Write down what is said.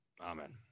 Amen